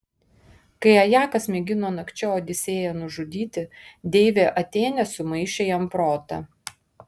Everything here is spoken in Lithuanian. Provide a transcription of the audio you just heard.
kai ajakas mėgino nakčia odisėją nužudyti deivė atėnė sumaišė jam protą